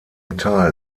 teil